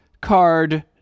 Card